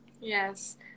Yes